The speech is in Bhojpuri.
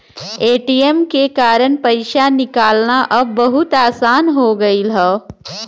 ए.टी.एम के कारन पइसा निकालना अब बहुत आसान हो गयल हौ